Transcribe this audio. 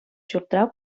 ҫуртра